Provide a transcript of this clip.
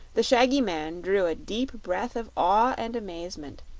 the shaggy man drew a deep breath of awe and amazement,